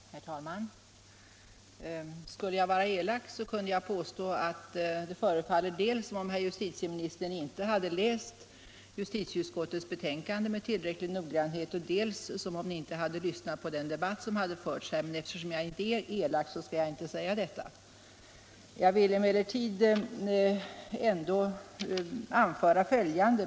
Nr 43 Herr talman! Skulle jag vara elak kunde jag påstå att det förefaller Torsdagen den dels som om herr justitieministern inte hade läst justitieutskottets be 11 december 1975 tänkande med tillräcklig noggrannhet, dels som om han inte hade lyssnat I på den debatt som har förts här. Men eftersom jag inte är så elak skall — Ändring i brottsbaljag inte säga detta. ken Jag vill emellertid ändå anföra följande.